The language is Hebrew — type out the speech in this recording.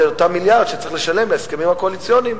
זה אותם מיליארד שצריך לשלם להסכמים הקואליציוניים.